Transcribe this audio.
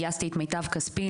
גייסתי את מיטב כספי.